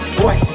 boy